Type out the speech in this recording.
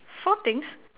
four things